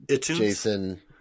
jason